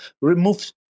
remove